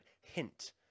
hint